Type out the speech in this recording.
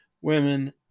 women